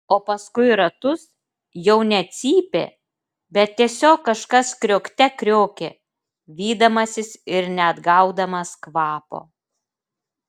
o paskui ratus jau ne cypė bet tiesiog kažkas kriokte kriokė vydamasis ir neatgaudamas kvapo